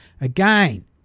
Again